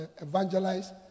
evangelize